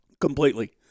completely